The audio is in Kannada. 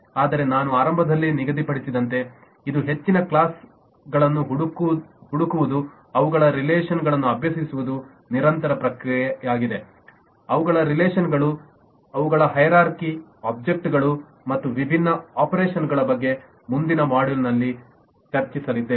ಆದರೆ ನಾನು ಆರಂಭದಲ್ಲಿ ನಿಗದಿಪಡಿಸಿದಂತೆ ಇದು ಹೆಚ್ಚಿನ ಕ್ಲಾಸ್ಗಳನ್ನು ಹುಡುಕುವುದುದ ಅವುಗಳ ರಿಲೇಶನ್ ಗಳನ್ನು ಅಭ್ಯಸಿಸುವುದು ನಿರಂತರ ಪ್ರಕ್ರಿಯೆಯಾಗಿದೆ ಅವುಗಳ ರಿಲೇಶನ್ಗಳು ಅವುಗಳ ಹೈರಾರ್ಕಿ ಆಬ್ಜೆಕ್ಟ್ ಗಳು ಮತ್ತು ವಿಭಿನ್ನ ಆಪರೇಷನ್ಗಳ ಬಗ್ಗೆ ಮುಂದಿನ ಮಾಡ್ಯೂಲ್ ನಲ್ಲಿ ಚರ್ಚಿಸಲಿದ್ದೇವೆ